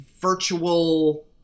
virtual